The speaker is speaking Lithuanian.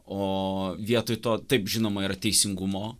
o vietoj to taip žinoma yra teisingumo